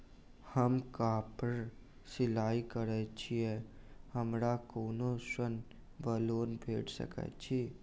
हम कापड़ सिलाई करै छीयै हमरा कोनो ऋण वा लोन भेट सकैत अछि?